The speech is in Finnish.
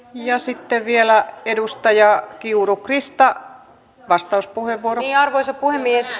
ja sitten vielä edustaja kiuru krista vastauspuheenvuoroni arvoisa puhemies